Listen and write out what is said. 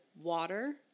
water